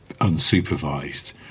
unsupervised